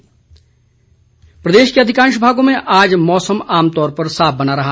मौसम प्रदेश के अधिकांश भागों में आज मौसम आमतौर पर साफ बना रहा